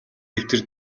дэвтэр